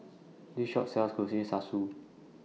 This Shop sells